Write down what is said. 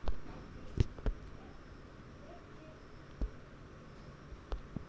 কেবল bill কিভাবে মেটাতে পারি?